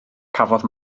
cafodd